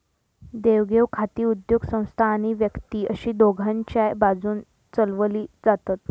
देवघेव खाती उद्योगसंस्था आणि व्यक्ती अशी दोघांच्याय बाजून चलवली जातत